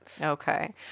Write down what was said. Okay